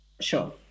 Sure